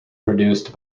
produced